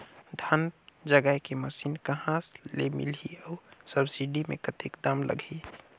धान जगाय के मशीन कहा ले मिलही अउ सब्सिडी मे कतेक दाम लगही?